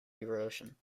erosion